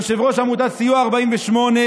יושב-ראש עמותת סיוע 48,